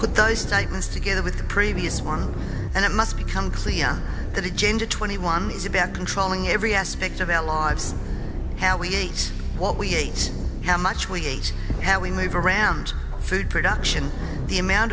put those statements together with the previous one and it must become clia that agenda twenty one is about controlling every aspect of our lives how we ate what we ate how much we ate how we move around food production the amount